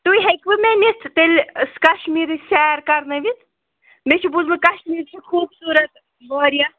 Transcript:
تُہۍ ہیٚکوٕ مےٚ نِتھ تیٚلہِ کَشمیٖرٕچ سیر کَرنٲوِتھ مےٚ چھِ بوٗزمُت کشمیٖر چھُ خوٗبصوٗرت واریاہ